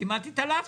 צריך לתת לבנט,